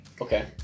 Okay